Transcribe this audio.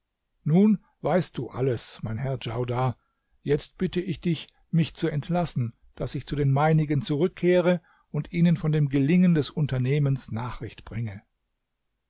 nun weißt du alles mein herr djaudar jetzt bitte ich dich mich zu entlassen daß ich zu den meinigen zurückkehre und ihnen von dem gelingen des unternehmens nachricht bringe